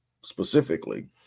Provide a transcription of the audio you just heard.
specifically